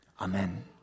Amen